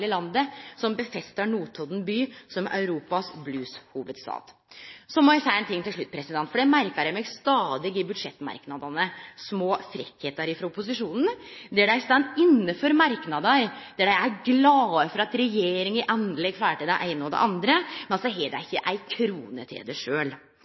heile landet, som forsterkar Notodden by som Europas blueshovudstad. Eg må seie ein ting til slutt: Eg merkar meg stadig i budsjettmerknadene små frekkheiter frå opposisjonspartia, dei står inne for merknader der dei er glade for at regjeringa endeleg får til det eine og det andre – men så har dei